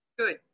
good